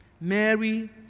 Mary